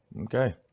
Okay